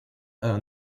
earned